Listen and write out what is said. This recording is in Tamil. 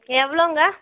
எவ்வளோங்க